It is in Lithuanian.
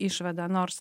išvadą nors